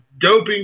doping